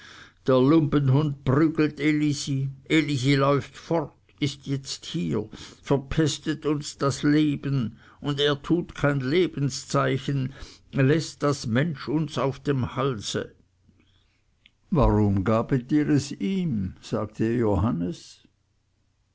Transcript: der lumpenhund prügelt elisi elisi läuft fort ist jetzt hier verpestet uns das leben und er tut kein lebenszeichen läßt das mensch uns auf dem halse warum gabet ihr es ihm sagte johannes